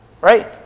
right